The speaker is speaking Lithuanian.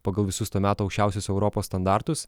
pagal visus to meto aukščiausius europos standartus